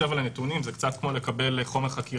כולל חלקי